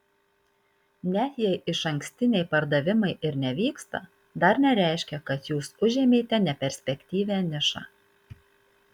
net jei išankstiniai pardavimai ir nevyksta dar nereiškia kad jūs užėmėte neperspektyvią nišą